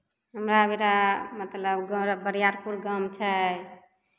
हमरा बिरा मतलब घर बरियारपुर गाम छै